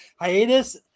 hiatus